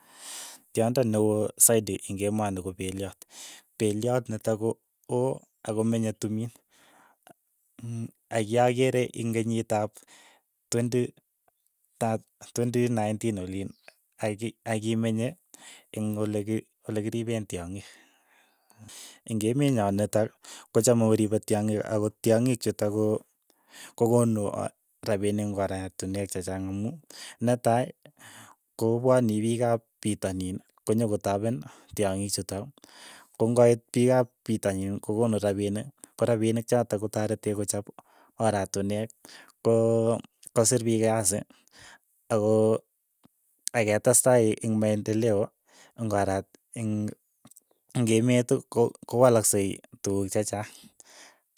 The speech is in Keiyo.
Tyondo ne oo saiti ing emoni ko peliot, peliot nitok ko oo akomenye tumin, mm akyakere ing kenyit ap twenti naintin oliin, aki- akimenye eng' ole ki- olekiripe tyong'ik, ing' emenyo nitok, ko chamei koripe tyong'ik ako tyong'ik chutok ko kokonu a rapinik eng' oratinwek chechang amu netai, kopwani piik ap pitonin ko nyokotapen tyong'ik chutok, kong'oit piik ap pitonin ko konu rapinik ko rapinik chotok kotaretech kochap oratinwek, ko kosiir piik kasi, ako ketestai ing' maendeleo ing' orap ing' emet ko- kowalaksei tukuk chechaang.